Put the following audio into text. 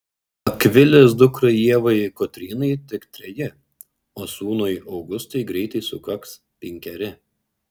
akvilės dukrai ievai kotrynai tik treji o sūnui augustui greitai sukaks penkeri